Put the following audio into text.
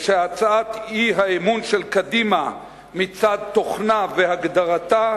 והצעת האי-אמון של קדימה מצד תוכנה והגדרתה,